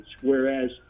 whereas